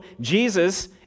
Jesus